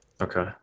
Okay